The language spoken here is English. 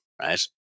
Right